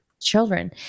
children